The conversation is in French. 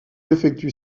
effectue